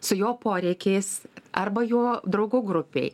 su jo poreikiais arba jo draugų grupei